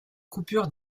coupures